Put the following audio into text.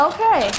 Okay